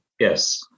Yes